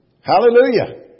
Hallelujah